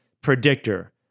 predictor